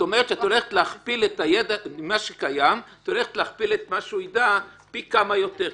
את הולכת להכפיל את מה שהוא ידע פי כמה יותר.